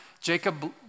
Jacob